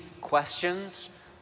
questions